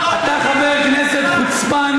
אתה חבר כנסת חוצפן,